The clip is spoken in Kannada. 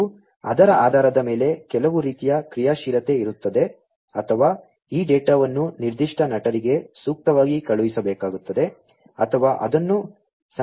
ಮತ್ತು ಅದರ ಆಧಾರದ ಮೇಲೆ ಕೆಲವು ರೀತಿಯ ಕ್ರಿಯಾಶೀಲತೆ ಇರುತ್ತದೆ ಅಥವಾ ಈ ಡೇಟಾವನ್ನು ನಿರ್ದಿಷ್ಟ ನಟರಿಗೆ ಸೂಕ್ತವಾಗಿ ಕಳುಹಿಸಬೇಕಾಗುತ್ತದೆ ಅಥವಾ ಅದನ್ನು ಸಂಗ್ರಹಿಸಬೇಕಾಗುತ್ತದೆ